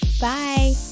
Bye